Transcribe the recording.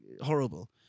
horrible